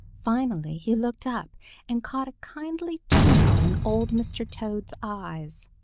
finally he looked up and caught a kindly twinkle in old mr. toad's eyes.